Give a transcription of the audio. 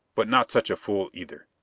but not such a fool either.